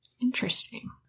Interesting